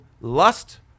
LUST